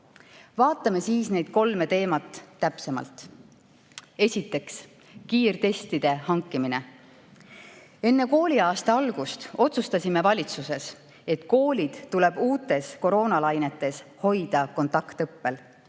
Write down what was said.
Vaatame siis neid kolme teemat täpsemalt. Esiteks, kiirtestide hankimine. Enne kooliaasta algust otsustasime valitsuses, et koolid tuleb uutes koroonalainetes hoida kontaktõppel.